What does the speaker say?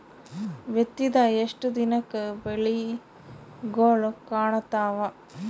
ಬಿತ್ತಿದ ಎಷ್ಟು ದಿನಕ ಬೆಳಿಗೋಳ ಕಾಣತಾವ?